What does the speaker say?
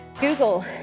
Google